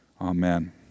Amen